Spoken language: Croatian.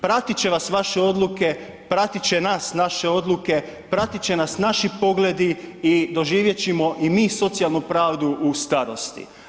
Pratit će vas vaše odluke, pratit će nas naše odluke, pratit će nas naši pogledi i doživjet ćemo i mi socijalnu pravdu u starosti.